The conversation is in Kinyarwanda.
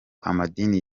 amadini